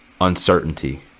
uncertainty